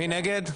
מי נגד?